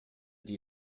die